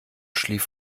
schlief